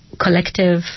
collective